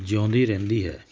ਜਿਉਂਦੀ ਰਹਿੰਦੀ ਹੈ